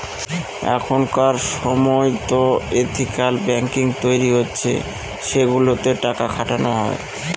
এখনকার সময়তো ethical banking তৈরী হচ্ছে সেগুলোতে টাকা খাটানো হয়